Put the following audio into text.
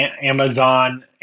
Amazon